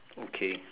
okay